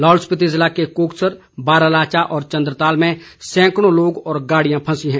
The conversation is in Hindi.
लाहौल स्पीति ज़िले के कोकसर बारालाचा और चंद्रताल में सैंकड़ों लोग व गाड़ियां फंसी हैं